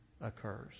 occurs